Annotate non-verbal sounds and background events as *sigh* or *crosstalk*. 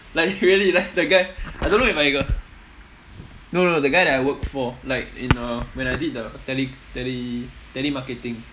like really *laughs* like the guy I don't know if I got no no the guy that I worked for like in uh when I did the tele~ tele~ telemarketing